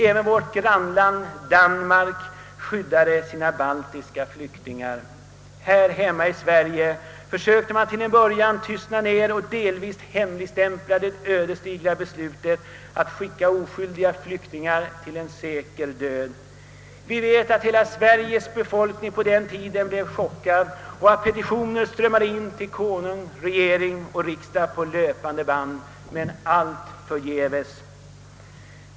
Även vårt grannland Danmark skyddade sina baltiska flyktingar. Här hemma i Sverige försökte man till en början tysta ned och delvis hemligstämpla det ödesdigra beslutet att skicka oskyldiga flyktingar till en säker död. Vi vet att hela Sveriges befolkning på den tiden blev chockad och att petitioner strömmade in till Konung, regering och riksdag på löpande band — men allt förgäves.